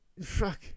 Fuck